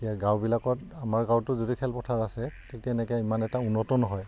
এতিয়া গাঁওবিলাকত আমাৰ গাঁৱতো যদিও খেলপথাৰ আছে ঠিক তেনেকৈ ইমান এটা উন্নত নহয়